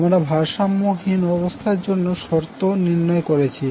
আমরা ভারসাম্যহীন অবস্থার জন্য শর্ত নির্ণয় করেছি